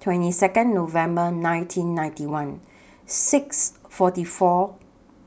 twenty Second November nineteen ninety one six forty four